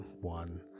One